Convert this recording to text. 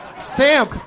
Sam